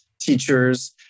teachers